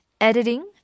editing